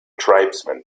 tribesmen